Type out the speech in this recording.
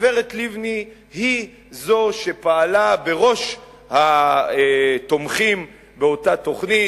הגברת לבני היא זו שפעלה בראש התומכים באותה תוכנית.